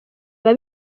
biba